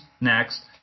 next